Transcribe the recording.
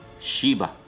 Sheba